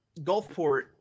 Gulfport